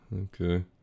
okay